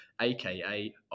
aka